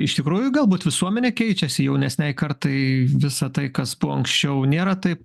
iš tikrųjų galbūt visuomenė keičiasi jaunesnei kartai visa tai kas buvo anksčiau nėra taip